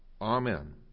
Amen